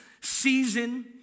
season